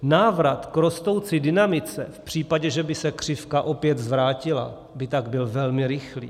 Návrat k rostoucí dynamice v případě, že by se křivka opět zvrátila, by tak byl velmi rychlý.